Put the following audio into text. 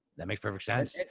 that makes perfect sense.